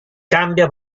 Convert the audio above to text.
cambia